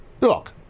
look